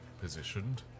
positioned